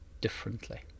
differently